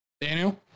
Daniel